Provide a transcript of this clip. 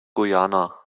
guyana